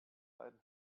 beiden